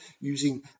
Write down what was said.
using